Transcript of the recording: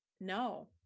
No